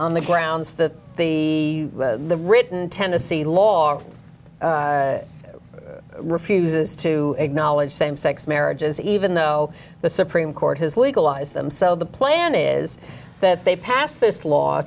on the grounds that the written tennessee law refuses to acknowledge same sex marriages even though the supreme court has legalized them so the plan is that they pass this law